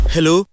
Hello